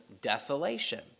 desolation